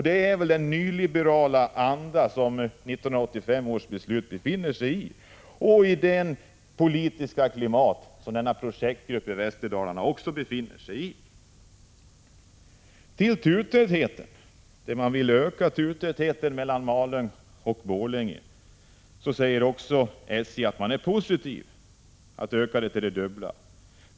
Det är väl i den nyliberala andan som 1985 års beslut skall ses, och det är i detta klimat projektgruppen i Västerdalarna befinner sig. Inom SJ är man positiv till utökning av turtätheten mellan Malung och Borlänge till det dubbla.